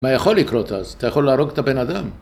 מה יכול לקרות אז? אתה יכול להרוג את הבן אדם?